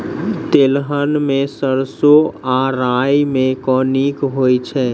तेलहन मे सैरसो आ राई मे केँ नीक होइ छै?